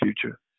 future